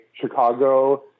Chicago